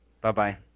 Bye-bye